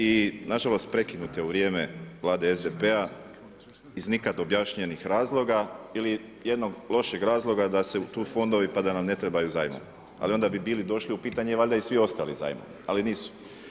I nažalost, prekinut je u vrijeme vlade SDP-a iz nikada objašnjenih razloga, ili jednog lošeg razloga, da su tu fondovi, pa da nam ne trebaju zajmovi, ali onda bi bili došli u pitanje valjda i svi ostali zajmovi, ali nisu.